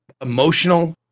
emotional